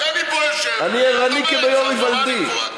כי אני פה יושב, אני ערני כביום היוולדי.